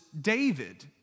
David